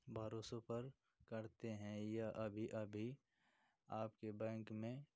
भरोसों पर करते हैं यह अभी अभी आपके बैंक में